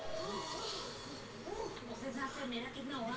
ऋण चुकौती के माध्यम का हो सकेला कि ऋण चुकौती कईसे होई?